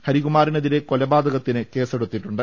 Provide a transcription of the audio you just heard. ഹരികുമാറിനെതിരെ കൊല പാതകത്തിന് കേസെടുത്തിട്ടുണ്ട്